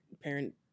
parent